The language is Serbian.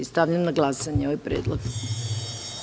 Stavljam na glasanje ovaj predlog.